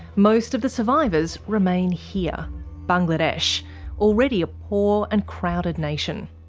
most of the survivors remain here bangladesh already a poor and crowded nation.